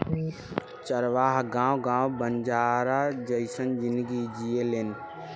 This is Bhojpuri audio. चरवाह गावं गावं बंजारा जइसन जिनगी जिऐलेन